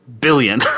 billion